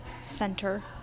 center